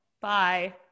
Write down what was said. Bye